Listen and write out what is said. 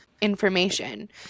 information